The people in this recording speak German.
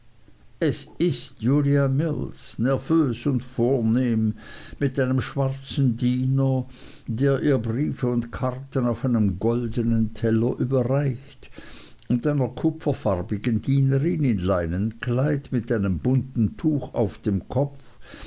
es ist julia mills nervös und vornehm mit einem schwarzen diener der ihr briefe und karten auf einem goldnen teller überreicht und einer kupferfarbigen dienerin in leinenkleid mit einem bunten tuch auf dem kopf